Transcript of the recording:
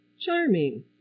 Charming